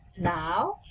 now